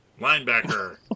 Linebacker